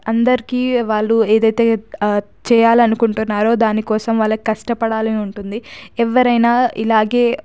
అందరికీ వాళ్ళు ఏదైతే చేయాలనుకుంటున్నారో దాని కోసం వాళ్ళు కష్టపడాలని ఉంటుంది ఎవరైనా ఇలాగే